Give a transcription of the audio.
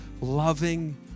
loving